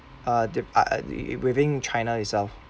uh the uh uh it within china itself